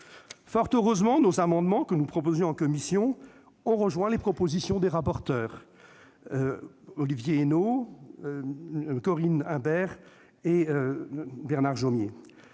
Fort heureusement, les amendements que nous avons proposés en commission ont rejoint les propositions des rapporteurs Olivier Henno, Corinne Imbert et Bernard Jomier,